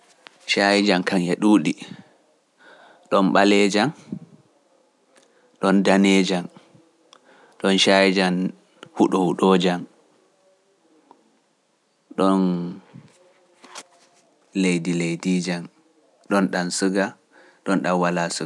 shayijan kan e ɗuuɗi, ɗon ɓaleejan, ɗon daneejan, ɗon shayijan huɗo huɗojan, ɗon leydileydijan, ɗon ɗam suga, ɗon ɗam walaa suga.